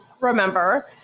remember